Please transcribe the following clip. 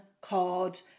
card